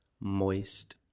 Moist